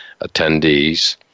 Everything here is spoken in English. attendees